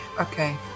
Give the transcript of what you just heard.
okay